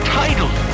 title